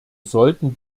sollten